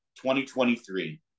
2023